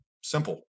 Simple